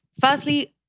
firstly